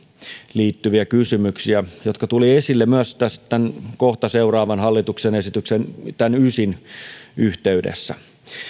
liittyviä kysymyksiä jotka tulivat esille myös tämän kohta seuraavan hallituksen esityksen numero yhdeksässä yhteydessä